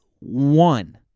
one